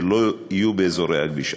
שלא יהיו באזורי הכביש.